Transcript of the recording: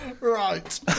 Right